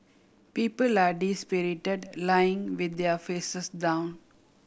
people are dispirited lying with their faces down